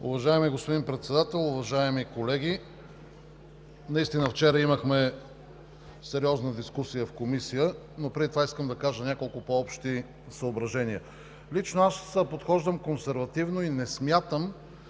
Уважаеми господин Председател, уважаеми колеги! Наистина вчера имахме сериозна дискусия в Комисията, но преди това искам да кажа няколко по-общи съображения. Лично аз подхождам консервативно и не смятам,